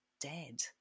dead